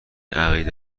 عقیده